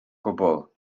gwbl